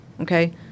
Okay